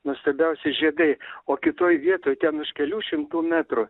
nuostabiausi žiedai o kitoj vietoj ten už kelių šimtų metrų